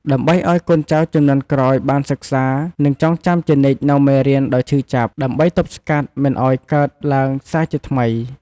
ដើម្បីឲ្យកូនចៅជំនាន់ក្រោយបានសិក្សា និងចងចាំជានិច្ចនូវមេរៀនដ៏ឈឺចាប់ ដើម្បីទប់ស្កាត់មិនឲ្យកើតឡើងសារជាថ្មី។